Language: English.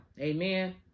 Amen